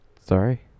Sorry